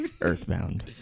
Earthbound